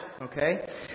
okay